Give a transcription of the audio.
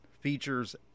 features